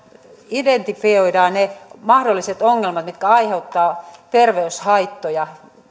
identifioidaan ne mahdolliset ongelmat mitkä aiheuttavat terveyshaittoja